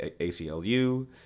ACLU